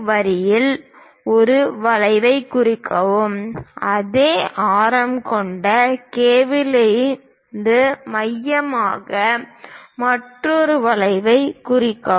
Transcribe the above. வரியில் ஒரு வளைவைக் குறிக்கவும் அதே ஆரம் கொண்ட K இலிருந்து மையமாக மற்றொரு வளைவைக் குறிக்கவும்